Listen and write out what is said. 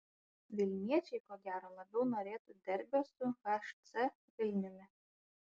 vilniečiai ko gero labiau norėtų derbio su hc vilniumi